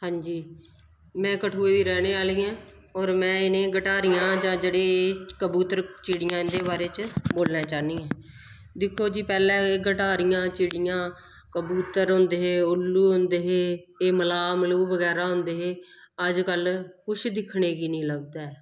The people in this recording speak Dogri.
हां जी में कठुए दी रैह्ने आह्ली आं होर में इ'नें गटारियां जां जेह्ड़ी कबूतर चिड़ियां इं'दे बारे च बोलना चाहन्नी आं दिक्खो जी पैह्लें गटारियां चिड़ियां कबूतर होंदे हे उल्लू होंदे हे एह् मलाह् मलूह् बगैरा होंदे हे अज्ज कल कुछ दिक्खने गी निं लभदा ऐ